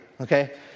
okay